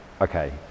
okay